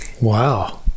Wow